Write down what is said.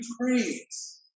praise